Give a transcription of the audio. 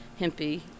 hempy